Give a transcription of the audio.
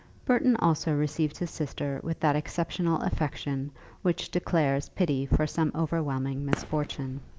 burton also received his sister with that exceptional affection which declares pity for some overwhelming misfortune.